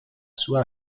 sua